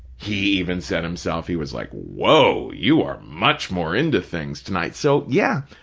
he even said himself, he was like, whoa, you are much more into things tonight. so, yeah,